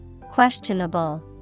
Questionable